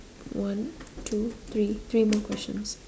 one two three three more questions